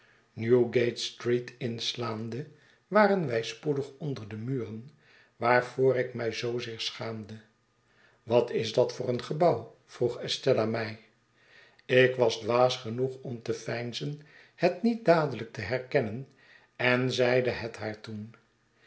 newgate-street inslaande waren wij spoedig onder de muren waarvoor ik mij zoozeer schaamde wat is dat voor eengebouw vroeg estella mij ik was dwaas genoeg om te veinzen het niet dadelijk te herkennen en zeide het haar toen